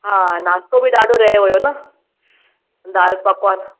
हा नाश्तो बि ॾाढो रहियो हुयो न दाल पकवान